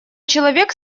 человек